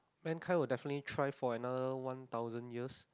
mankind will definitely try for another one thousand years